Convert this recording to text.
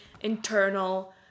internal